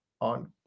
on